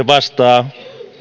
vastaa